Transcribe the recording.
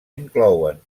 inclouen